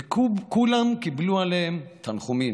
וכולם קיבלו עליהם תנחומים,